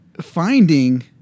finding